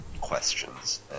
questions